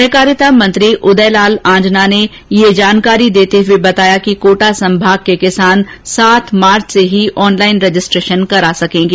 सहकारिता मंत्री उदय लाल आंजना ने जानकारी देते हुए बताया कि कोटा संभाग के किसान कल से ही ऑनलाइन रजिस्ट्रेशन करा सकेंगे